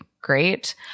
great